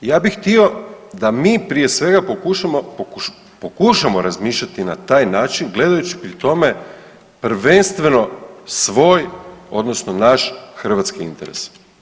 Ja bih htio da mi prije svega pokušamo, pokušamo razmišljati na taj način gledajući pri tome prvenstveno svoj odnosno naš hrvatski interes.